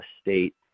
state